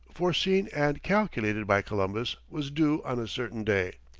foreseen and calculated by columbus, was due on a certain day.